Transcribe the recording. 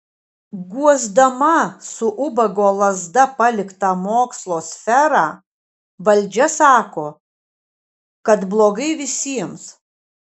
guosdama su ubago lazda paliktą mokslo sferą valdžia sako kad blogai visiems